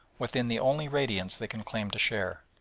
within the only radiance they can claim to share.